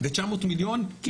ו-900 מיליון זו עובדה.